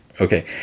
okay